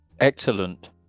Excellent